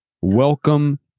Welcome